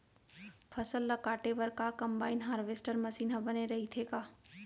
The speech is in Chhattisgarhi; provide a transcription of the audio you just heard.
फसल ल काटे बर का कंबाइन हारवेस्टर मशीन ह बने रइथे का?